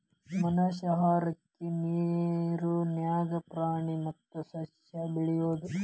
ಮನಷ್ಯಾ ಆಹಾರಕ್ಕಾ ನೇರ ನ್ಯಾಗ ಪ್ರಾಣಿ ಮತ್ತ ಸಸ್ಯಾ ಬೆಳಿಯುದು